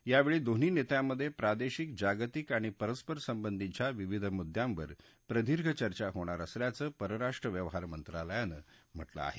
यावेळी दोन्ही नेत्यांमध्ये प्रादेशिक जागतिक आणि परस्परसंबंधीच्या विविध मुद्द्यांवर प्रदीर्घ चर्चा होणार असल्याचं परराष्ट्र व्यवहार मंत्रालयानं म्हटलं आहे